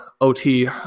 ot